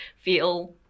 feel